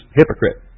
hypocrite